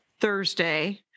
Thursday